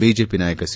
BJP ನಾಯಕ C